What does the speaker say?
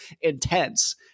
intense